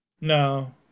No